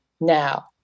now